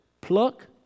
pluck